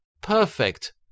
perfect